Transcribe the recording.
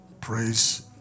praise